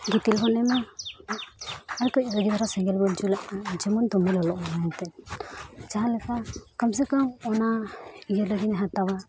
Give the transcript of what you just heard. ᱜᱤᱛᱤᱞ ᱵᱚᱱ ᱮᱢᱟ ᱟᱨ ᱠᱟᱹᱡ ᱜᱟᱹᱦᱤᱨ ᱫᱷᱟᱨᱟ ᱥᱮᱸᱜᱮᱞ ᱵᱚᱱ ᱡᱩᱞᱟᱜ ᱠᱟᱱᱟ ᱡᱮᱢᱚᱱ ᱫᱚᱢᱮ ᱞᱚᱞᱚᱜᱼᱟ ᱢᱮᱱᱛᱮ ᱡᱟᱦᱟᱸ ᱞᱮᱠᱟ ᱠᱚᱢ ᱥᱮ ᱠᱚᱢ ᱚᱱᱟ ᱤᱭᱟᱹ ᱞᱟᱹᱜᱤᱫ ᱤᱧ ᱦᱟᱛᱟᱣᱟ